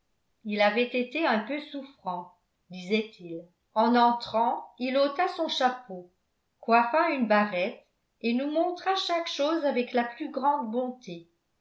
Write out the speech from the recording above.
il avait été un peu souffrant disait-il en entrant il ôta son chapeau coiffa une barrette et nous montra chaque chose avec la plus grande bonté